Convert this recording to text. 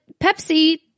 Pepsi